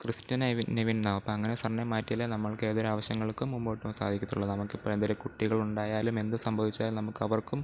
Christina ഇവിൻ നിവിൻ എന്നാവും അങ്ങനെ സർനെയിം മാറ്റിയാലേ നമുക്ക് ഏതൊരു ആവശ്യങ്ങൾക്കും മുമ്പോട്ട് പോവാൻ സാധിക്കുള്ളൂ നമുക്ക് ഇപ്പം എന്തെങ്കിലും കുട്ടികൾ ഉണ്ടായാലും എന്ത് സംഭവിച്ചാലും നമുക്ക് അവർക്കും